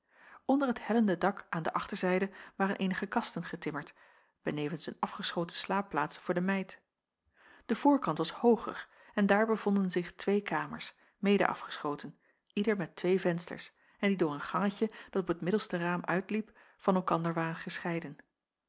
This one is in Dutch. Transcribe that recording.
onder het hellend dak aan de achterzijde waren eenige kasten getimmerd benevens een afgeschoten slaapplaats voor de meid de voorkant was hooger en daar bevonden zich twee kamers mede afgeschoten ieder met twee vensters en die door een gangetje dat op het middelste raam uitliep van elkander waren gescheiden